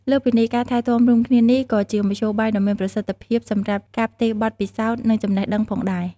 លើសពីនេះ ការថែទាំរួមគ្នានេះក៏ជាមធ្យោបាយដ៏មានប្រសិទ្ធភាពសម្រាប់ ការផ្ទេរបទពិសោធន៍ និងចំណេះដឹង ផងដែរ។